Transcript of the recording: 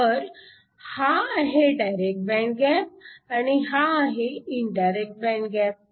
तर हा आहे डायरेक्ट बँड गॅप आणि हा आहे इनडायरेक्ट बँड गॅप